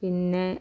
പിന്നെ